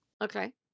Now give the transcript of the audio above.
Okay